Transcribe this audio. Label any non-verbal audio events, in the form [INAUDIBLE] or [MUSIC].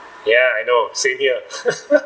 ya I know xavier [LAUGHS]